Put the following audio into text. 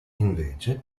invece